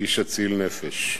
איש אציל נפש.